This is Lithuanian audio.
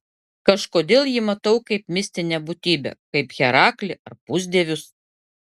kažkodėl jį matau kaip mistinę būtybę kaip heraklį ar pusdievius